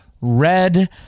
Red